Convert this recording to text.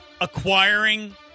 acquiring